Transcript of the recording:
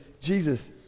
Jesus